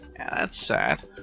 that's sad.